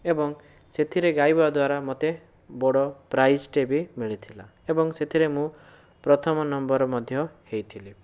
ଏବଂ ସେଥିରେ ଗାଇବା ଦ୍ୱାରା ମୋତେ ବଡ଼ ପ୍ରାଇଜ୍ଟିଏ ବି ମିଳିଥିଲା ଏବଂ ସେଥିରେ ମୁଁ ପ୍ରଥମ ନମ୍ବର ମଧ୍ୟ ହୋଇଥିଲି